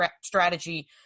strategy